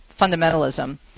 fundamentalism